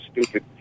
stupid